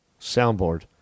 soundboard